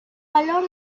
valor